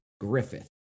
Griffith